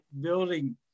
building